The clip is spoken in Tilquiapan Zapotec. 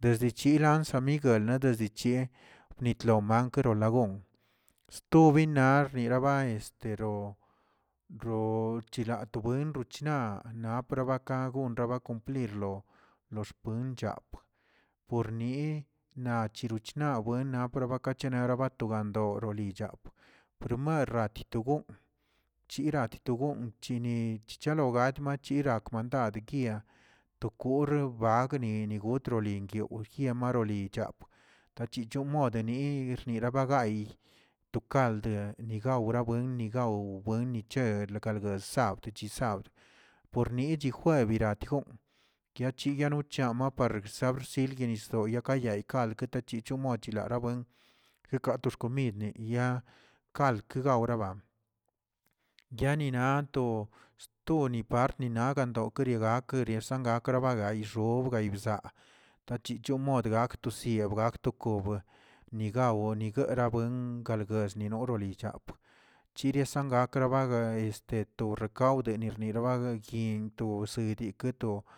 desde chilan samit guelden desde chil nitlo mank kero lagun, sto binar rinaba estero ro chirabueno ruchina naprakagon raba cumplir lo- lo xponchab, por niꞌ naꞌ chiro chinaw enab naprakachi naraato gando gulichap, primar ratito gonꞌ chira titogon' chini chichalo gat na chirak mandad kia to kor bag niniw witro lingyowi yamarolicha, tachichomodeni xnira ba gay to kald nigawrabuen nigaw buen niche kalgue sabd chisabd, por ni chi jueb ladjoom chiyanochama bagrsal yisdoꞌ yakayal kal yekete yichomoch' larabuen, jekato xkominni ya kal gueoraba yani nat sto niparnina dokrinigak yersan gakrkaraba xob gayꞌ bzaa, tachichon mod kasii wa gak to kobə ni gaww nigara buen kaꞌlguech ninoolə ni chap, chiri sangak bagay este to ka wdeni rbaragay yinꞌ to seguitiket'.